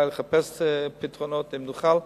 לחפש פתרונות אם נוכל.